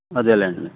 అదేలెండి